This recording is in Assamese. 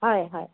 হয় হয়